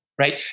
right